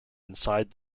inside